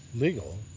legal